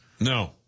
No